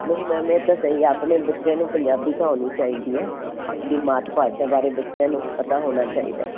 ਨਹੀਂ ਮੈਮ ਇਹ ਤਾਂ ਸਹੀ ਆਪਣੇ ਬੱਚਿਆਂ ਨੂੰ ਪੰਜਾਬੀ ਤਾਂ ਆਉਣੀ ਚਾਹੀਦੀ ਹੈ ਆਪਦੀ ਮਾਤ ਭਾਸ਼ਾ ਬਾਰੇ ਬੱਚਿਆਂ ਨੂੰ ਪਤਾ ਹੋਣਾ ਚਾਹੀਦਾ